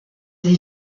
des